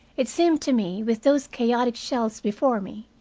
it seemed to me, with those chaotic shelves before me,